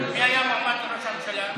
מי היה מועמד לראש הממשלה?